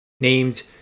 named